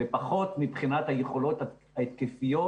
ופחות מבחינת היכולות ההתקפיות